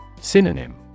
Synonym